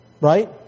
Right